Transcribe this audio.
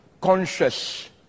conscious